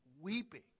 Weeping